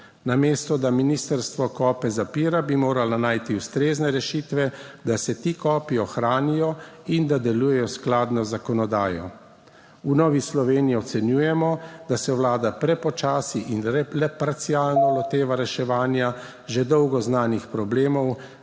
Namesto, da ministrstvo kope zapira, bi morala najti ustrezne rešitve, da se ti kopi ohranijo in da delujejo skladno z zakonodajo. V Novi Sloveniji ocenjujemo, da se Vlada prepočasi in parcialno / znak za konec razprave/ loteva reševanja že dolgo znanih problemov,